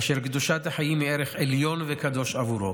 אשר קדושת החיים היא ערך עליון וקדוש עבורו.